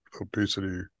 obesity